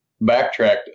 backtracked